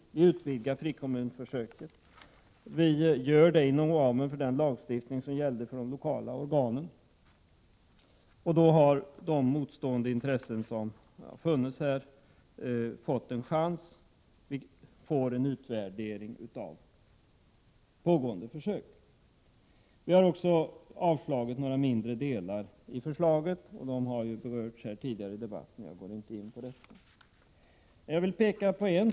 Vi vill utvidga frikommunförsöket inom ramen för den lagstiftning som gällde för de lokala organen. Därmed har de motstående intressen som har funnits fått en chans, och man får en utvärdering av pågående försök. Vi har också avstyrkt några mindre delar i förslaget. De har berörts tidigare i debatten, och jag går därför inte in på dem.